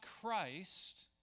Christ